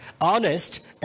Honest